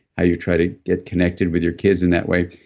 how you try to get connected with your kids in that way,